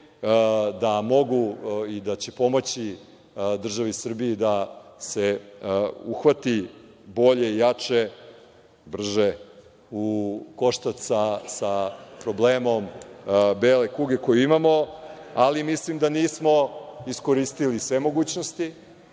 da mogu i da će pomoći državi Srbiji da se uhvati bolje, jače, brže u koštac sa problemom bele kuge koju imamo. Mislim da nismo iskoristili sve mogućnosti,